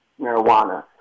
marijuana